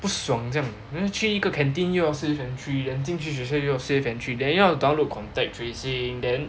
不爽这样 then 去一个 canteen 又要 safe entry then 进去学校又要 safe entry then 又要 download contact tracing then